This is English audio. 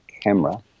camera